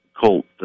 Colt